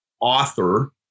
author